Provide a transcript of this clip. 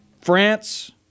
France